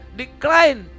decline